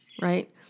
right